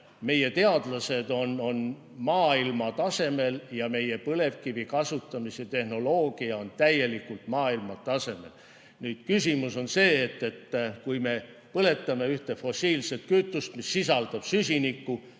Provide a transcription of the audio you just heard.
meie teadlased on maailmatasemel ja meie põlevkivi kasutamise tehnoloogia on täielikult maailmatasemel. Küsimus on see, et kui me põletame ühte fossiilset kütust, mis sisaldab süsinikku,